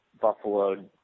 Buffalo